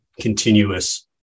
continuous